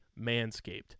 Manscaped